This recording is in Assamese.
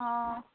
অঁ